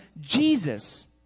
Jesus